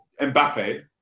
Mbappe